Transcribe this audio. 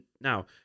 now